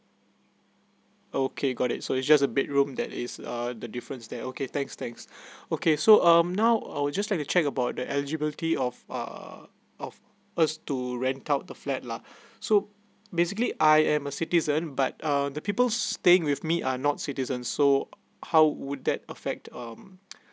okay got it so is just a bedroom that is uh the difference there okay thanks thanks okay so um now I would just let to check about the eligibility of uh of us to rent out the flat lah so basically I am a citizen but uh the people staying with me are not citizens so how would that affect um